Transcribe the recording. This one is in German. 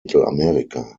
mittelamerika